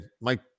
Mike